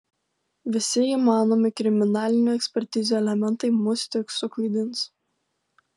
visi įmanomi kriminalinių ekspertizių elementai mus tik suklaidins